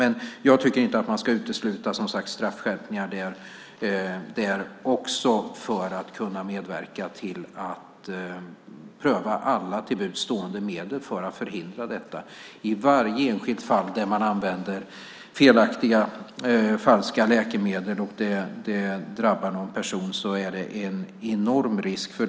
Men jag tycker som sagt inte att man ska utesluta straffskärpningar där också för att kunna medverka till att pröva alla till buds stående medel för att förhindra detta. I varje enskilt fall där man använder felaktiga och falska läkemedel och det drabbar någon person finns det en enorm risk.